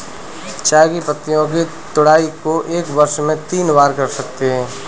चाय की पत्तियों की तुड़ाई को एक वर्ष में तीन बार कर सकते है